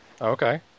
Okay